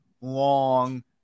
long